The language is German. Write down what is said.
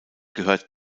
gehört